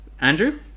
andrew